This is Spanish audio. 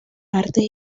artes